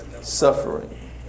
suffering